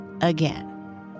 again